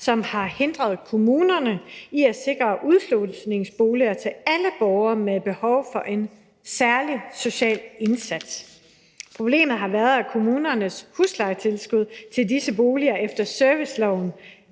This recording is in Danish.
som har hindret kommunerne i at sikre udslusningsboliger til alle borgere med behov for en særlig social indsats. Problemet har været, at kommunernes huslejetilskud til disse boliger efter servicelovens